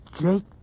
Jake